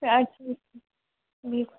اَدٕ ٹھیٖک چھُ بہِو حظ